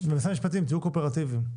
משרד המשפטים, תהיו קואופרטיביים.